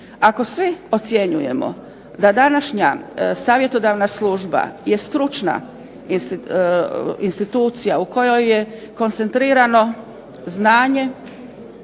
Ako svi ocjenjujemo da današnja Savjetodavna služba je stručna institucija u kojoj je koncentrirano znanje